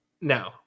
No